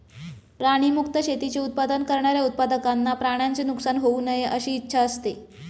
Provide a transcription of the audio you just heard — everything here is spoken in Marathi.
प्राणी मुक्त शेतीचे उत्पादन करणाऱ्या उत्पादकांना प्राण्यांचे नुकसान होऊ नये अशी इच्छा असते